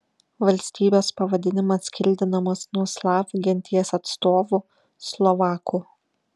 valstybės pavadinimas kildinamas nuo slavų genties atstovų slovakų